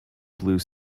blue